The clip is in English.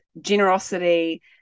generosity